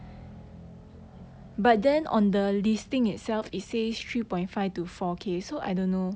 two point five 可以 lah